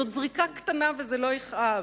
זאת זריקה קטנה וזה לא יכאב.